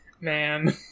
Man